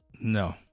No